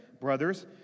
brothers